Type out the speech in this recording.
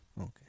Okay